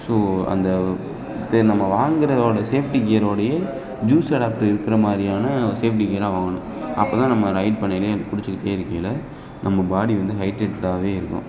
so அந்த தே நம்ம வாங்குறதோடய சேஃப்டி கியரோடையே ஜூஸ் அடாப்டர் இருக்கிற மாதிரியான சேஃப்டி கியராக வாங்கணும் அப்போ தான் நம்ம ரைட் பண்ணயிலையும் குடிச்சுக்கிட்டே இருக்கையில் நம்ம பாடி வந்து ஹைட்ரேட்டடாகவே இருக்கும்